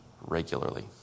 regularly